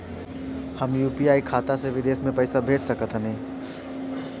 हम यू.पी.आई खाता से विदेश म पइसा भेज सक तानि?